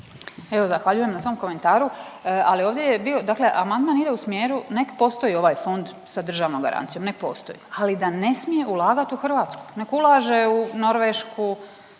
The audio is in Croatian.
Zahvaljujem na komentaru. Ali ovdje je bio, dakle amandman ide u smjeru nek postoji ovaj fond sa državnom garancijom nek postoji, ali da ne smije ulagat u Hrvatsku, nek ulaže u Norvešku,